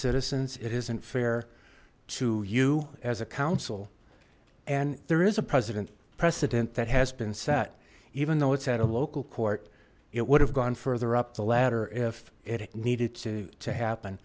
citizens it isn't to you as a counsel and there is a president precedent that has been set even though it's at a local court it would have gone further up the ladder if it needed to to happen